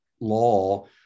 law